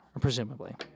Presumably